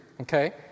okay